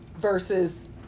versus